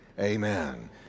Amen